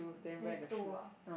there's two ah